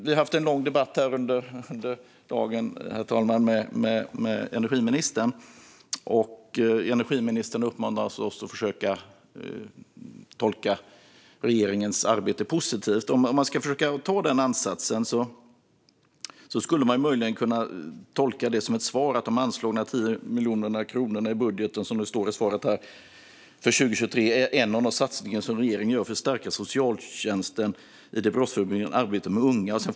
Vi har haft en lång debatt med energiministern under dagen, herr talman, och energiministern uppmanade oss att försöka tolka regeringens arbete positivt. Om man försöker ha den ansatsen skulle man möjligen kunna tolka detta som ett svar: "De anslagna 10 miljoner kronorna i budgeten för 2023 är en av de satsningar regeringen gör för att stärka socialtjänsten i det brottsförebyggande arbetet med unga."